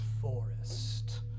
forest